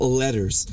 letters